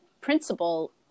principle